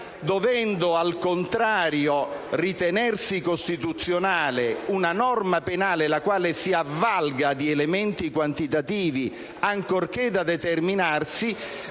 dovendo, al contrario, ritenersi costituzionale una norma penale la quale si avvalga di elementi quantitativi, ancorché da determinarsi,